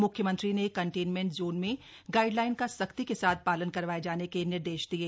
म्ख्यमंत्री ने containment zone में गाइडलाइन का सख्ती के साथ पालन करवाये जाने के निर्देश दिये